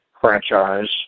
franchise